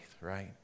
right